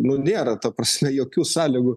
nu nėra ta prasme jokių sąlygų